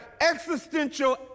existential